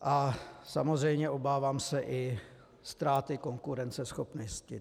A samozřejmě obávám se i ztráty konkurenceschopnosti.